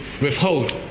withhold